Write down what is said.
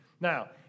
Now